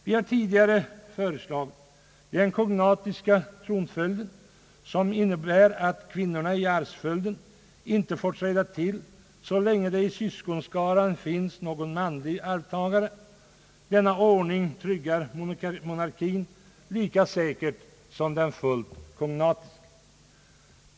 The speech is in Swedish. Vi har tidigare föreslagit den kognatiska tronföljden, som innebär att kvinnorna i arvsföljden inte får träda till så länge det i syskonskaran finns någon manlig arvtagare. Denna ordning tryggar monarkin lika säkert som den fullt kognatiska.